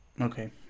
Okay